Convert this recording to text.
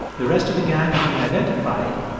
the rest of the gang had been identified,